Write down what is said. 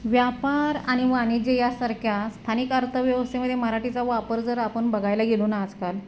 व्यापार आणि वाणिज्य यासारख्या स्थानिक अर्थव्यवस्थेमध्ये मराठीचा वापर जर आपण बघायला गेलो ना आजकाल